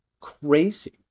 crazy